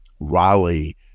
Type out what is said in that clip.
Raleigh